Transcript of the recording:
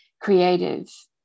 creative